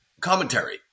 commentary